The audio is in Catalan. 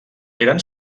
eren